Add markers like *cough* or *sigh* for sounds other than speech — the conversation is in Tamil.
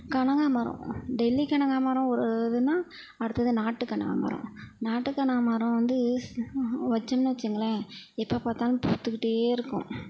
கனகாம்ரம் டெல்லி கனகாம்ரம் ஒரு இதுன்னா அடுத்தது நாட்டு கனகாம்ரம் நாட்டு கனகாம்ரம் வந்து ஸ் *unintelligible* வச்சோமுன்னு வச்சீங்களேன் எப்போ பார்த்தாலும் பூத்துக்கிட்டே இருக்கும்